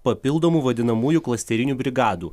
papildomų vadinamųjų klasterinių brigadų